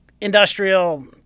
industrial